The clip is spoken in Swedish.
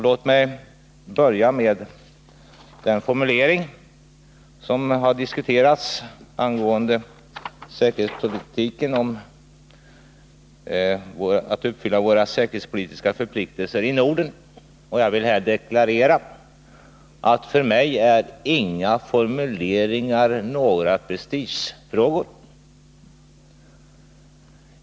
Låt mig börja med den formulering som har diskuterats angående säkerhetspolitiken, nämligen att vi skall uppfylla våra säkerhetspolitiska förpliktelser i Norden. Jag vill här deklarera att för mig är ingen formulering någon prestigefråga.